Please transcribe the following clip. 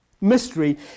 mystery